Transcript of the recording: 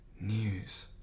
news